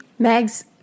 Megs